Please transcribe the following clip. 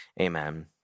amen